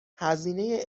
هزینه